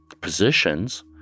positions